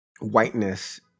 whiteness